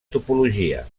topologia